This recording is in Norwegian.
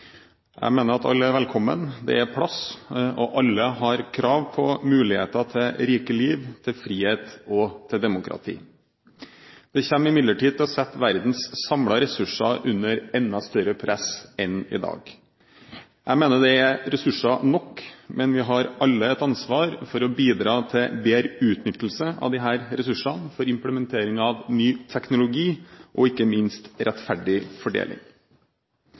Jeg mener at alle er velkommen, det er plass, og alle har krav på muligheter til rike liv, til frihet og til demokrati. Det kommer imidlertid til å sette verdens samlede ressurser under enda større press enn i dag. Jeg mener det er ressurser nok, men vi har alle et ansvar for å bidra til en bedre utnyttelse av disse ressursene, for implementering av ny teknologi og ikke minst rettferdig fordeling.